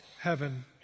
heaven